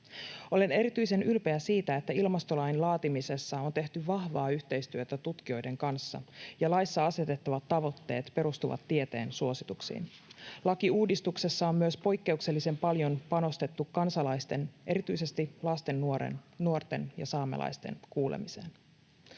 Olen erityisen ylpeä siitä, että ilmastolain laatimisessa on tehty vahvaa yhteistyötä tutkijoiden kanssa ja laissa asetettavat tavoitteet perustuvat tieteen suosituksiin. Lakiuudistuksessa on myös poikkeuksellisen paljon panostettu kansalaisten, erityisesti lasten, nuorten ja saamelaisten, kuulemiseen.